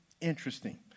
interesting